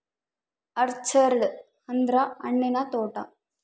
orchard ಅಂದ್ರ ಹಣ್ಣಿನ ತೋಟ